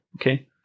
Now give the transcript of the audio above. Okay